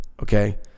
okay